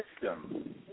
system